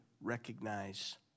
recognize